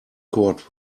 cord